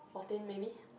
fourteen maybe